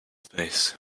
space